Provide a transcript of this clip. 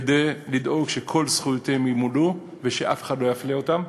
כדי לדאוג שכל זכויותיהן ימולאו ושאף אחד לא יפלה אותן.